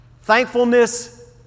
Thankfulness